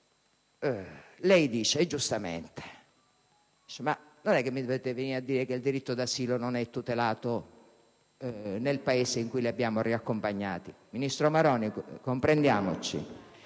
lei dice - e giustamente - che non dobbiamo venire a dirle che il diritto di asilo non viene tutelato nel Paese in cui li abbiamo riaccompagnati. Ministro Maroni, comprendiamoci: